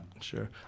sure